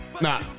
Nah